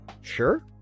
Sure